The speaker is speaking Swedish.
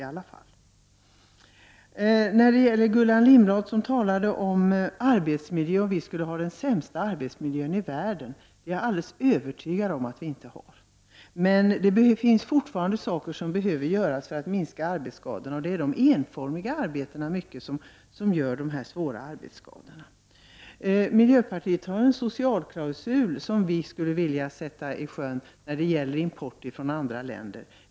Gullan Lindblad hävdade att Sverige har den sämsta arbetsmiljön i världen. Jag är alldeles övertygad om att vi inte har det. Men det finns fortfarande åtgärder som behöver vidtas för att minska antalet arbetsskador. Det är bl.a. de enformiga arbetsuppgifterna som är orsaken till de svåra arbetsskadorna. Miljöpartiet har en socialklausul som vi skulle vilja sätta i sjön när det gäller import från andra länder.